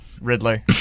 Riddler